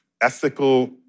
ethical